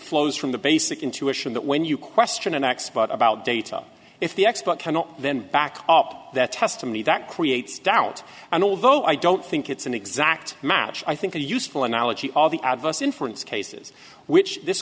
flows from the basic intuition that when you question an expert about data if the expert cannot then back up that testimony that creates doubt and although i don't think it's an exact match i think a useful analogy all the adverse inference cases which this